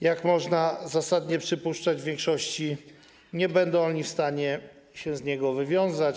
Jak można zasadnie przypuszczać, w większości nie będą oni w stanie się z niego wywiązać.